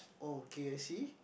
oh okay I see